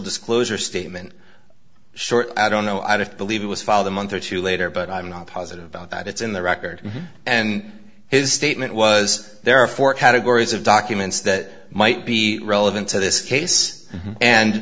disclosure statement short i don't know i don't believe it was filed a month or two later but i'm not positive about that it's in the record and his statement was there are four categories of documents that might be relevant to this case and